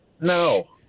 no